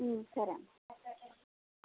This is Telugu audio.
సరే అమ్మ